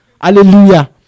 Hallelujah